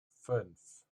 fünf